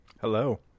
Hello